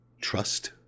trust